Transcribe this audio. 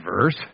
verse